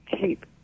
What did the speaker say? keep